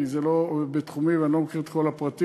כי זה לא בתחומי ואני לא מכיר את כל הפרטים,